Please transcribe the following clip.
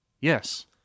Yes